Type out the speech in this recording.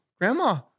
grandma